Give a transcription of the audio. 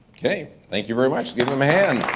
okay, thank you very much. give him a hand.